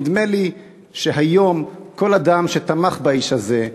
נדמה לי שהיום כל אדם שתמך באיש הזה,